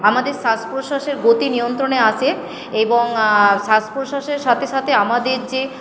আমাদের শ্বাস প্রশ্বাসের গতি নিয়ন্ত্রণে আসে এবং শ্বাস প্রশ্বাসের সাথে সাথে আমাদের যে